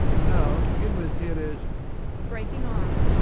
now, to begin with, here is breaking off.